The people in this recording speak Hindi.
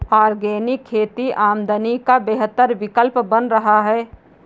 ऑर्गेनिक खेती आमदनी का बेहतर विकल्प बन रहा है